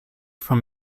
from